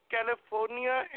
California